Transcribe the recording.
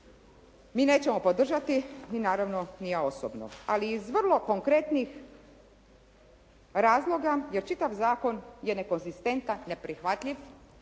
mi nećemo podržati i naravno ni ja osobno, ali iz vrlo konkretnih razloga jer čitav zakon je nekonzistentan, neprihvatljiv,